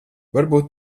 varbūt